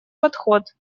подход